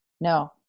No